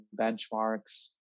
benchmarks